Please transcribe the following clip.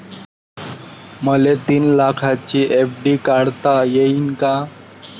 मले तीन लाखाची एफ.डी काढता येईन का?